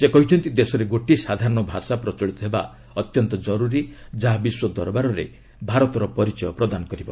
ସେ କହିଛନ୍ତି ଦେଶରେ ଗୋଟିଏ ସାଧାରଣ ଭାଷା ପ୍ରତଳିତ ହେବା ଅତ୍ୟନ୍ତ କରୁରୀ ଯାହା ବିଶ୍ୱ ଦରବାରରେ ଭାରତର ପରିଚୟ ପ୍ରଦାନ କରିବ